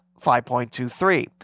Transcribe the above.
5.23